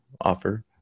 offer